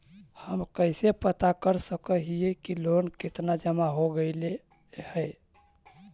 हम कैसे पता कर सक हिय की लोन कितना जमा हो गइले हैं?